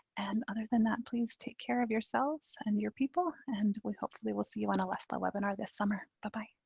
and other than that please take care of yourselves and your people and hopefully we'll see you on a llesla webinar this summer, but bye